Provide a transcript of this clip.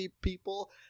people